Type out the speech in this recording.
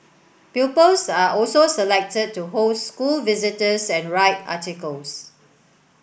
pupils are also selected to host school visitors and write articles